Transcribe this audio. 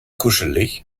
kuschelig